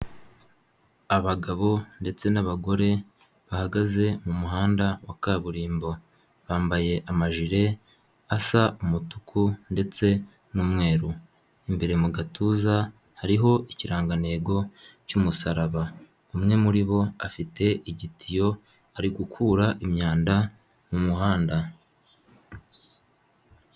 Abagabo ndetse n'abagore bahagaze mu muhanda wa kaburimbo bambaye amajire asa umutuku ndetse n'umweru imbere mu gatuza hariho ikirangantego cy'umusaraba, umwe muri bo afite igitiyo ari gukura imyanda mumuhanda.